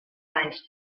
anys